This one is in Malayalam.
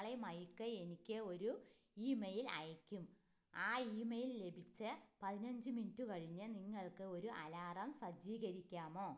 നാളെ മൈക്ക് എനിക്ക് ഒരു ഇമെയിൽ അയയ്ക്കും ആ ഇമെയിൽ ലഭിച്ച് പതിനഞ്ച് മിനിറ്റ് കഴിഞ്ഞ് നിങ്ങൾക്ക് ഒരു അലാറം സജ്ജീകരിക്കാമോ